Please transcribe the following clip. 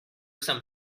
some